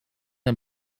een